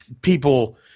people